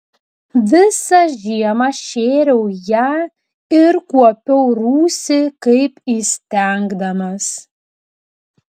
visą žiemą šėriau ją ir kuopiau rūsį kaip įstengdamas